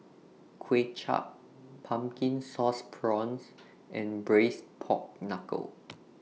Kuay Chap Pumpkin Sauce Prawns and Braised Pork Knuckle